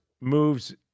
Moves